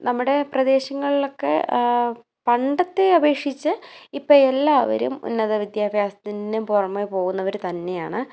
നമ്മുടെ പ്രദേശങ്ങളിലൊക്കെ പണ്ടത്തെ അപേക്ഷിച്ച്